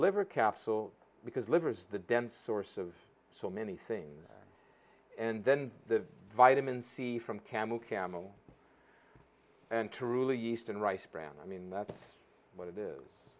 liver capsule because liver is the dense source of so many things and then the vitamin c from camel camel and truly yeast and rice bran i mean that's what it is